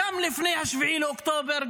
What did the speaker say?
גם לפני 7 באוקטובר,